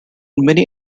many